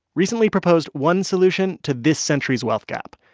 recently proposed one solution to this century's wealth gap.